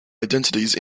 identities